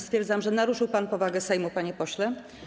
Stwierdzam, że naruszył pan powagę Sejmu, panie pośle.